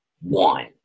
one